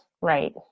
Right